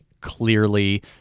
clearly